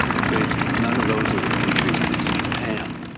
afraid none of those are the countries, it's japan.